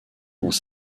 dans